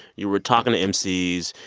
you were talking to emcees.